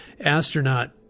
Astronaut